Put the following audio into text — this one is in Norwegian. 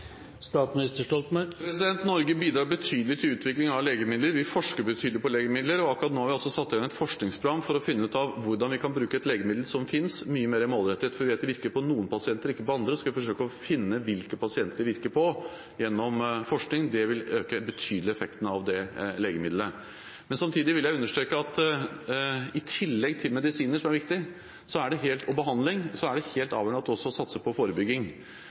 Norge bidrar betydelig til utvikling av legemidler. Vi forsker betydelig på legemidler, og akkurat nå har vi altså satt i gang et forskningsprogram for å finne ut av hvordan vi mye mer målrettet kan bruke et legemiddel som finnes. Vi vet at det virker på noen pasienter og ikke på andre, og vi skal forsøke å finne ut hvilke pasienter det virker på gjennom forskning. Det vil øke effekten av det legemiddelet betydelig. Samtidig vil jeg understreke at i tillegg til medisiner og behandling, som er viktig, er det helt avgjørende at vi også satser på forebygging. Det er viktig det